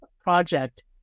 project